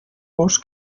vos